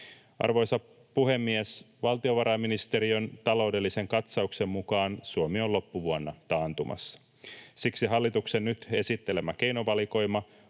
Arvoisa puhemies! Valtiovarainministeriön taloudellisen katsauksen mukaan Suomi on loppuvuonna taantumassa. Siksi hallituksen nyt esittelemä keinovalikoima